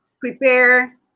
prepare